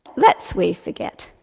lets we forget.